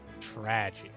Tragic